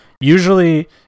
Usually